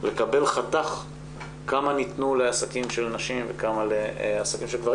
לקבל חתך כמה ניתנו לעסקים של נשים וכמה לעסקים של גברים